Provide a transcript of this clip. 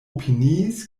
opiniis